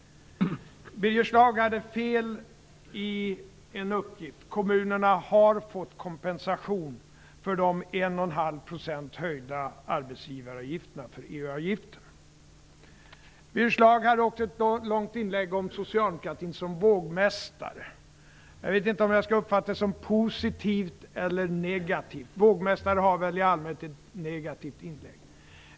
Birger Schlaug hade en uppgift som var fel. Kommunerna har fått kompensation för höjningen av arbetsgivaravgifterna med 1,5 % för att finansiera Birger Schlaug hade också ett långt inlägg om socialdemokratin som vågmästare. Jag vet inte om jag skall uppfatta det som positivt eller negativt. Vågmästare har väl i allmänhet en negativ klang.